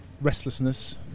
restlessness